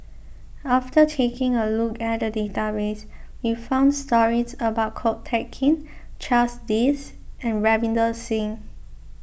after taking a look at the database we found stories about Ko Teck Kin Charles Dyce and Ravinder Singh